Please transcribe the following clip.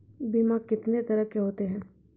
बीमा कितने तरह के होते हैं?